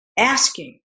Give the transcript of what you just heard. Asking